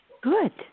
Good